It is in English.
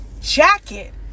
jacket